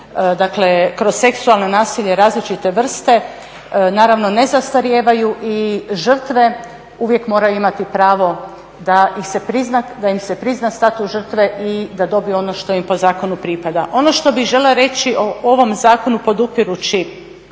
kroz seksualno nasilje različite vrste, naravno ne zastarijevaju i žrtve uvijek moraju imati pravo da im se prizna status žrtve i da dobiju ono što im po zakonu pripada. Ono što bih željela reći o ovom zakonu podupirući